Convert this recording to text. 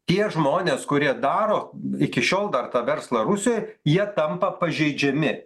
tie žmonės kurie daro iki šiol dar tą verslą rusijoj jie tampa pažeidžiami